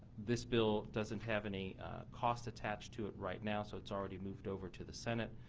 this bill doesn't have any cost attached to it right now. so it's already moved over to the senate.